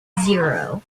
zero